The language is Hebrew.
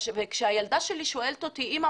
וכשהילדה שלי שואת אותי: אמא,